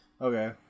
Okay